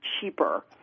cheaper